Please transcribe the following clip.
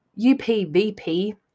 UPVP